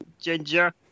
Ginger